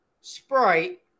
Sprite